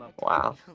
Wow